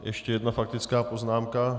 Ještě jedna faktická poznámka.